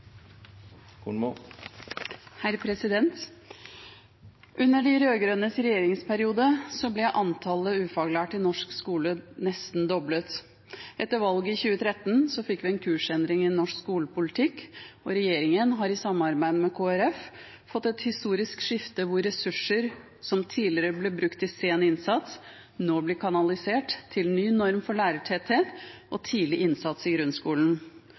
hun refererte til. Under de rød-grønnes regjeringsperiode ble antallet ufaglærte i norsk skole nesten doblet. Etter valget i 2013 fikk vi en kursendring i norsk skolepolitikk, og regjeringen har i samarbeid med Kristelig Folkeparti fått et historisk skifte hvor ressurser som tidligere ble brukt til sen innsats, nå blir kanalisert til ny norm for lærertetthet og tidlig innsats i grunnskolen.